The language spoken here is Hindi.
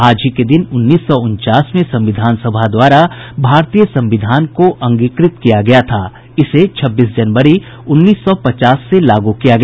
आज ही के दिन उन्नीस सौ उनचास में संविधान सभा द्वारा भारतीय संविधान को अंगीकृत और छब्बीस जनवरी उन्नीस सौ पचास से लागू किया गया